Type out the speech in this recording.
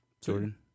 Jordan